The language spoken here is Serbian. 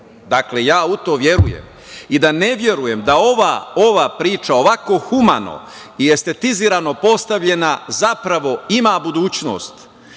Dakle, ja u to verujem, i da ne verujem da ova priča, ovako humano, i estetizirano postavljena zapravo ima budućnost.